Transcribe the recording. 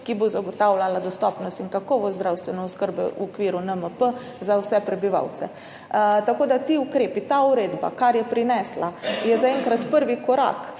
ki bo zagotavljala dostopnost in kakovost zdravstvene oskrbe v okviru NMP za vse prebivalce. Tako da ti ukrepi, ta uredba, kar je prinesla, je zaenkrat prvi korak.